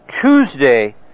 Tuesday